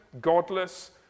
godless